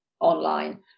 online